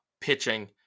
pitching